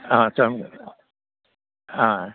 आच्चा